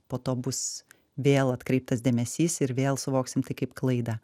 po to bus vėl atkreiptas dėmesys ir vėl suvoksim tai kaip klaidą